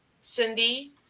Cindy